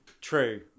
True